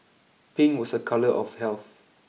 Pink was a colour of health